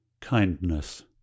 kindness